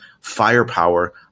firepower